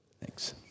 Thanks